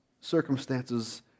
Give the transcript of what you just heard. circumstances